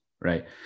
right